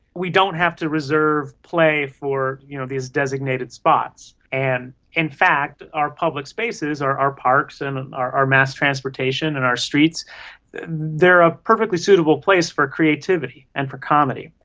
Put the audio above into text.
we don't have to reserve play for, you know, these designated spots and, in fact, our public spaces our our parks, and and our our mass transportation and our streets they're a perfectly suitable place for creativity and for comedy.